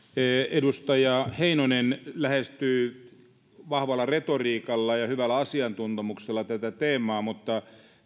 edustaja heinonen lähestyy vahvalla retoriikalla ja hyvällä asiantuntemuksella tätä teemaa mutta